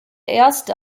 erste